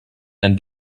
and